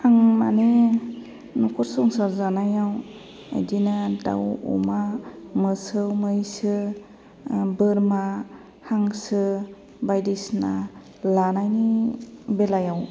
आं मानि नखर संसार जानायाव इदिनो दाउ अमा मोसौ मैसो बोरमा हांसो बायदिसिना लानायनि बेलायाव